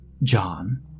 john